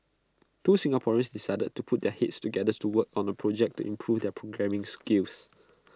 two Singaporeans decided to put their heads together to work on A project to improve their programming skills